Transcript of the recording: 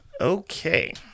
okay